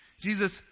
Jesus